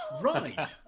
right